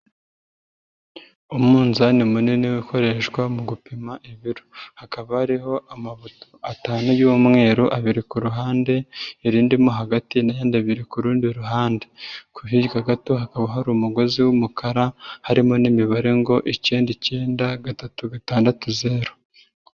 Umunzani munini ukoreshwa mu gupima ibiro. Hakaba hariho amabuto atanu y'umweru, abiri ku ruhande, irindi mo hagati n'ayandi abiri ku rundi ruhande. Hirya gato hakaba hari umugozi w'umukara, harimo n'imibare ngo icyenda icyenda gatatu gatandatu zeru.